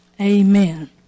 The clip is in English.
Amen